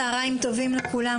צהריים טובים לכולם,